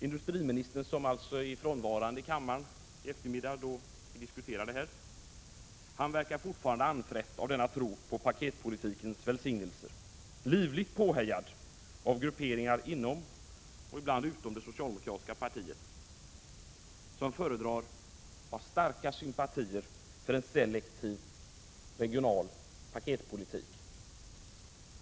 Industriministern, som alltså är frånvarande i kammaren i eftermiddag då vi diskuterar det här, verkar fortfarande anfrätt av tron på paketpolitikens välsignelser, livligt påhejad av grupperingar inom och ibland utom det socialdemokratiska partiet som har starka sympatier för en selektiv regionalpolitik.